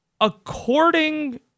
according